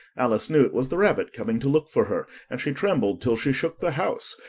alice knew it was the rabbit coming to look for her, and she trembled till she shook the house,